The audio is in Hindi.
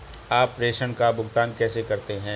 आप प्रेषण का भुगतान कैसे करते हैं?